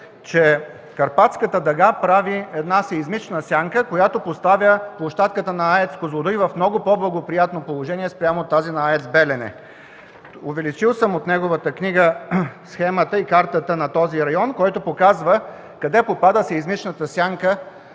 че Карпатската дъга прави сеизмична сянка, която поставя площадката на АЕЦ „Козлодуй” в много по-благоприятно положение спрямо тази на АЕЦ „Белене”. Увеличил съм от неговата книга схемата и картата на този район (показва копие на